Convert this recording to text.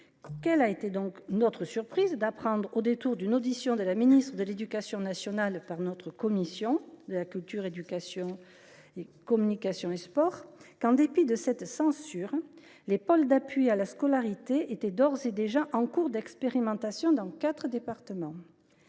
Quelle n’a donc pas été notre surprise d’apprendre au détour d’une audition de la ministre de l’éducation nationale par notre commission de la culture que, en dépit de cette censure, les pôles d’appui à la scolarité étaient d’ores et déjà en cours d’expérimentation dans quatre départements !